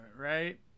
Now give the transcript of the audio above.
Right